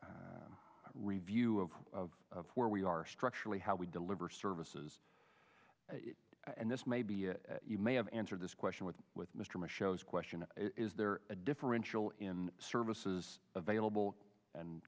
your review of where we are structurally how we deliver services and this may be you may have answered this question with with mr michel's question is there a differential in services available and